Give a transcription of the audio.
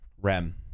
Rem